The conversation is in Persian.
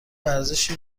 ورزشی